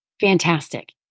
Fantastic